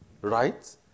Right